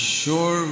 sure